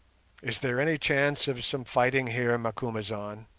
is there any chance of some fighting here, macumazahn